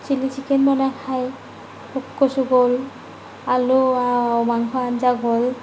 chilli chicken বনাই খাই ভোগ কচু গ'ল আলু মাংস আঞ্জা গ'ল